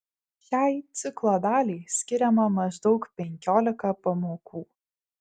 šiai ciklo daliai skiriama maždaug penkiolika pamokų